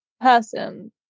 person